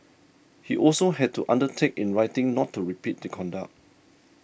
he also had to undertake in writing not to repeat the conduct